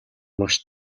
маш